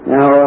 Now